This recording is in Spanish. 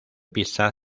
pisa